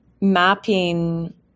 mapping